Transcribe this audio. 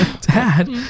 dad